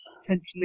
potentially